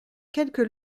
quelques